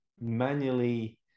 manually